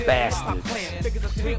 Bastard's